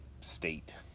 state